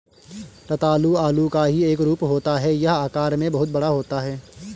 रतालू आलू का ही एक रूप होता है यह आकार में बहुत बड़ा होता है